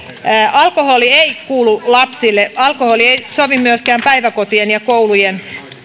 alkoholi ei kuulu lapsille alkoholi ei sovi myöskään päiväkotien ja koulujen